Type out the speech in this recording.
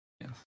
Yes